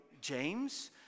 James